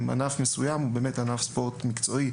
אם ענף מסוים הוא באמת ענף ספורט מקצועי,